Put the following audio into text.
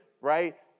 right